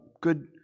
Good